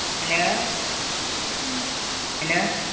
hello hello